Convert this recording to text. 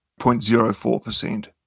0.04%